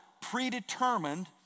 predetermined